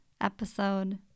episode